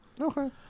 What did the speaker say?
Okay